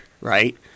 right